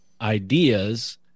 ideas